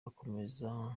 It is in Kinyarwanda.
akomeza